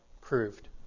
proved